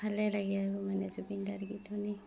ভালেই লাগে আৰু মানে জুবিনদাৰ গীত শুনি